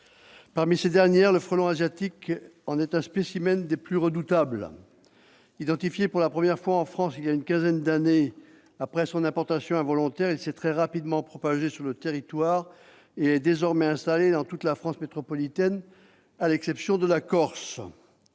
Parmi ces dernières, le frelon asiatique en est l'un des spécimens les plus redoutables. Identifié pour la première fois en France il y a une quinzaine d'années après son importation involontaire, il s'est très rapidement propagé sur le territoire et est désormais installé dans toute la France métropolitaine, à l'exception de la Corse.